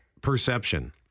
perception